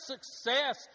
success